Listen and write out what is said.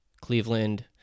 Cleveland